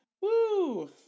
Woo